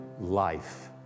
life